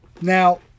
Now